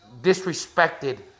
disrespected